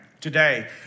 today